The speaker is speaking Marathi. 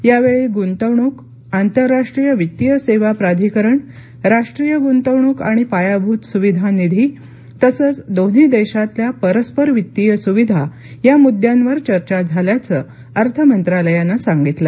यावेळी गुंतवणूक आंतरराष्ट्रीय वित्तीय सेवा प्राधिकरण राष्ट्रीय गुंतवणूक आणि पायाभूत सुविधा निधी तसंच दोन्ही देशातल्या परस्पर वित्तीय सुविधा या मुद्यांवर चर्चा झाल्याचं अर्थमंत्रालयानं सांगितलं